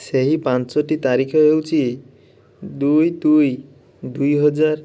ସେହି ପାଞ୍ଚଟି ତାରିଖ ହେଉଛି ଦୁଇ ଦୁଇ ଦୁଇ ହଜାର